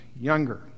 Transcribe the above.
younger